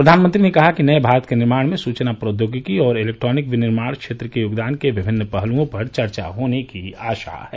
प्रधानमंत्री ने कहा कि नये भारत के निर्माण में सूचना प्रोद्योगिकी और इलेक्ट्रोनिक विनिर्माण क्षेत्र के योगदान के विभिन्न पहलुओं पर चर्चा होने की आशा है